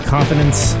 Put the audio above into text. Confidence